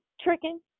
tricking